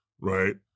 Right